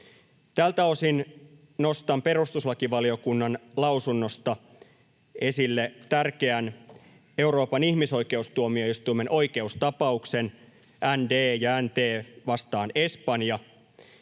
Tältä osin nostan perustuslakivaliokunnan lausunnosta esille tärkeän Euroopan ihmisoikeustuomioistuimen oikeustapauksen N. D. ja N. T. vastaan Espanja,